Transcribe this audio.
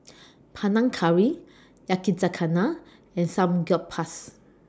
Panang Curry Yakizakana and Samgyeopsal